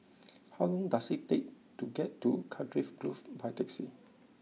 how long does it take to get to Cardiff Grove by taxi